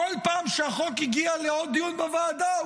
כל פעם שהחוק הגיע לעוד דיון בוועדה,